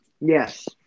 Yes